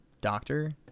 doctor